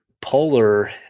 polar